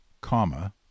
Comma